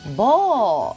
ball